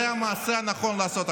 זה המעשה הנכון לעשות עכשיו.